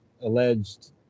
alleged